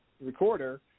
recorder